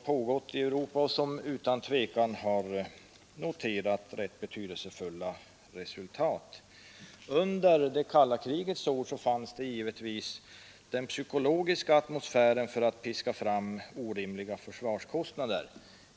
pågår och som utan tvivel har medfört betydelsefulla resultat. Under det kalla krigets år fanns givetvis den psykologiska atmosfären för att piska fram orimliga försvarskostnader.